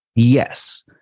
Yes